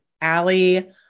Allie